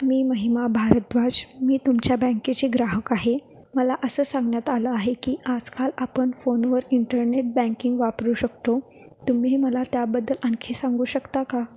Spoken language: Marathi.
तुम्ही महिमा भारद्वाज मी तुमच्या बँकेची ग्राहक आहे मला असं सांगण्यात आलं आहे की आजकाल आपण फोनवर इंटरनेट बँकिंग वापरू शकतो तुम्ही मला त्याबद्दल आणखी सांगू शकता का